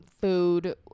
food